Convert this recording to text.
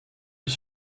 his